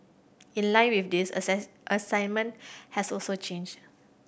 in line with this assess assignment has also change